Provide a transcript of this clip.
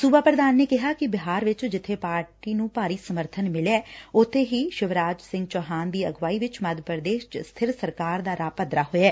ਸੁਬਾ ਪ੍ਰਧਾਨ ਨੇ ਕਿਹਾ ਕਿ ਬਿਹਾਰ ਵਿਚ ਜਿੱਥੇ ਪਾਰਟੀ ਨੂੰ ਭਾਰੀ ਸਮਰਥਨ ਮਿਲਿਆ ਐ ਉਥੇ ਹੀ ਸ਼ਿਵਰਾਜ ਸਿੰਘ ਚੌਹਾਨ ਦੀ ਅਗਵਾਈ ਵਿਚ ਮੱਧ ਪ੍ਦੇਸ਼ ਵਿਚ ਸਥਿਰ ਸਰਕਾਰ ਦਾ ਰਾਹ ਪੱਧਰਾ ਹੋਇਐ